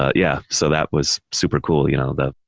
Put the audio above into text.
ah yeah, so that was super cool. you know, the,